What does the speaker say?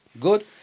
good